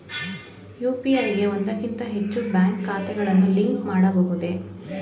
UPI ಗೆ ಒಂದಕ್ಕಿಂತ ಹೆಚ್ಚು ಬ್ಯಾಂಕ್ ಖಾತೆಗಳನ್ನು ಲಿಂಕ್ ಮಾಡಬಹುದೇ?